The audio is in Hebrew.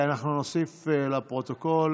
ההצעה להעביר את הצעת חוק סיוע לנפגעי אסון